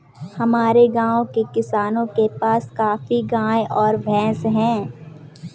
हमारे गाँव के किसानों के पास काफी गायें और भैंस है